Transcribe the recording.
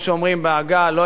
לא יעזור בית-דין.